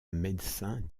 médecin